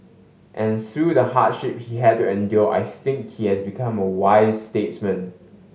and through the hardship he had to endure I think he has become a wise statesman